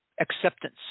acceptance